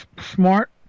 Smart